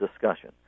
discussion